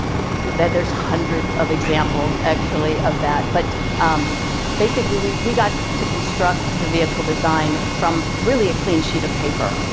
but but there's hundreds of examples, actually, of that, but um basically, we we got to construct the vehicle design from, really, a clean sheet of paper,